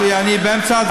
אני באמצע דבר תורה.